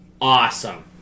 awesome